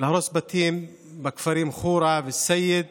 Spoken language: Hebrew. להרוס בתים בכפרים חורה, א-סייד